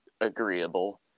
agreeable